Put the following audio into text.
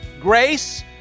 grace